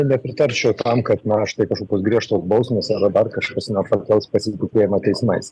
nepritarčiau tam kad na štai kažkokios griežtos bausmės ar dar kažkas pakels pasitikėjimą teismais